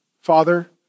Father